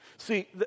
See